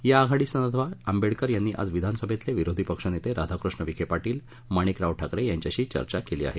या आघाडी संदर्भात आंबडेकर यांनी आज विधानसभेतले विरोधी पक्ष नेते राधाकृष्ण विखे पाटील माणिकराव ठाकरे यांच्याशी चर्चा केली आहे